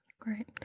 Great